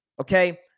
Okay